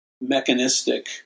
mechanistic